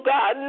God